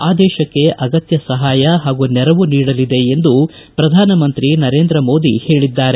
ಆ ದೇಶಕ್ಕೆ ಅಗತ್ಯ ಸಹಾಯ ಹಾಗೂ ನೆರವು ನೀಡಲಿದೆ ಎಂದು ಪ್ರಧಾನಮಂತ್ರಿ ನರೇಂದ್ರ ಮೋದಿ ಹೇಳದ್ದಾರೆ